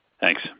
Thanks